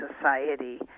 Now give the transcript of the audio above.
society